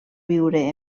viure